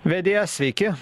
vedėjas sveiki